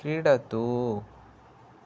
क्रीडतु